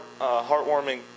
heartwarming